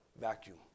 vacuum